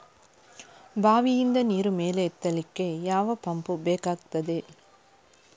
ಬಾವಿಯಿಂದ ನೀರು ಮೇಲೆ ಎತ್ತಲಿಕ್ಕೆ ಯಾವ ಪಂಪ್ ಬೇಕಗ್ತಾದೆ?